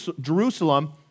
Jerusalem